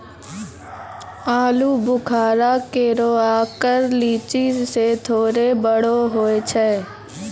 आलूबुखारा केरो आकर लीची सें थोरे बड़ो होय छै